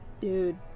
dude